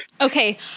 Okay